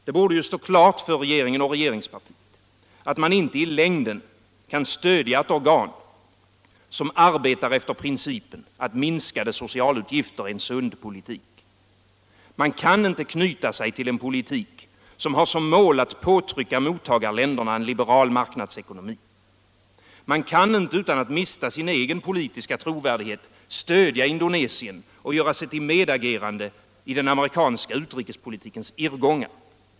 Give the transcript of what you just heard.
Det borde stå klart för regeringen och regeringspartiet att man inte i längden kan stödja ett organ som arbetar efter principen att minskade socialutgifter är sund politik. Man kan inte knyta sig till en politik som har som mål att påtrycka mottagarländerna en liberal marknadsekonomi. Man kan inte utan att mista sin egen politiska trovärdighet stödja Indonesien och göra sig till medagerande i den amerikanska utrikespolitikens irrgångar.